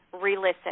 re-listen